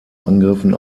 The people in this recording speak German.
angriffen